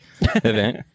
event